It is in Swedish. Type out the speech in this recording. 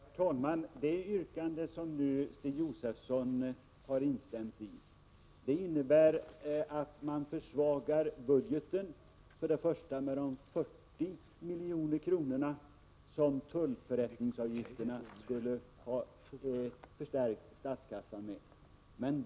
Herr talman! Det yrkande som Stig Josefson här instämmer i innebär att man försvagar budgeten med de 40 miljoner som tullförrättningsavgifterna skulle ha förstärkt statskassan med.